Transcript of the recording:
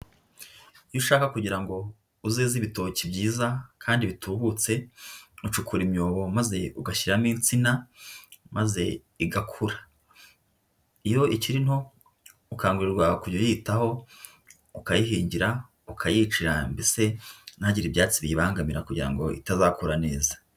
Iyo ushaka kugira ngo uzeze ibitoki byiza kandi bitubutse, ucukura imyobo maze ugashyiramo insina maze igakura, iyo ikiri nto ukangurirwa kujya uyitaho, ukayihingira, ukayicira mbese ntihagire ibyatsi biyibangamira kugira ngo itazakura neza.